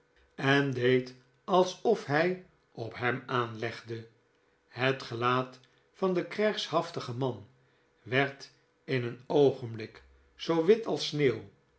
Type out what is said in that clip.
en deed alsof hij op hem aanlegde het gelaat van den krijgshaftigen man werd in een oogenblik zoo wit als sneeuw